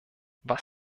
was